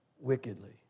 wickedly